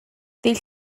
ddydd